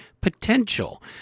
potential